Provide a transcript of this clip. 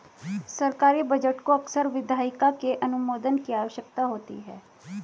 सरकारी बजट को अक्सर विधायिका के अनुमोदन की आवश्यकता होती है